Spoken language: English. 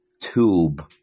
tube